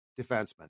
defenseman